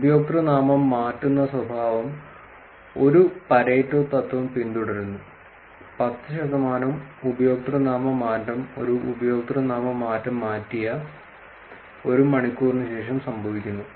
ഉപയോക്തൃനാമം മാറ്റുന്ന സ്വഭാവം ഒരു പാരേറ്റോ തത്ത്വം പിന്തുടരുന്നു 10 ശതമാനം ഉപയോക്തൃനാമ മാറ്റം ഒരു ഉപയോക്തൃനാമം മാറ്റിയ ഒരു മണിക്കൂറിന് ശേഷം സംഭവിക്കുന്നു